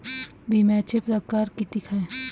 बिम्याचे परकार कितीक हाय?